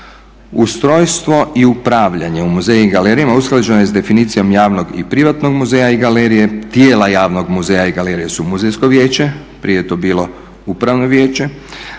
Ustrojstvo i upravljanje u muzejima i galerijama usklađeno je s definicijom javnog i privatnog muzeja i galerije. Tijela javnog muzeja i galerije su Muzejsko vijeće, prije je to bilo Upravno vijeće,